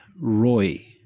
Roy